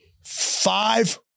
five